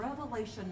revelation